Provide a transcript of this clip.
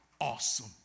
awesome